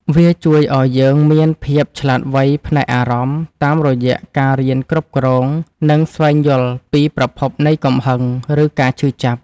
វាជួយឱ្យយើងមានភាពឆ្លាតវៃផ្នែកអារម្មណ៍ តាមរយៈការរៀនគ្រប់គ្រង និងស្វែងយល់ពីប្រភពនៃកំហឹង ឬការឈឺចាប់។